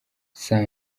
sam